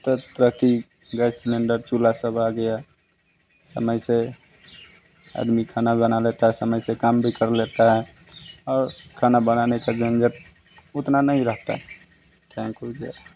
सब तरह कि गैस सिलिंडर चुहला सब आ गया समय से आदमी खाना बना लेता है समय से काम भी कर लेता है और खाना बनाने के झंझट उतना नहीं रहता थैंक यू जे